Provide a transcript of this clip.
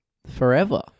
Forever